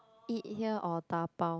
eat here or dabao